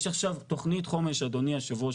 יש עכשיו תכנית חומש אדוני היו"ר,